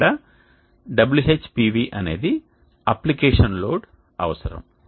ఇక్కడ WHPV అనేది application load అవసరం